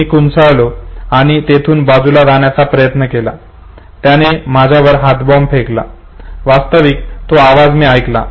मी किंचाळलो आणि मी तेथून बाजूला जाण्याचा प्रयत्न केला त्याने माझ्यावर हातबॉम्ब फेकला वास्तविक तो आवाज मी ऐकला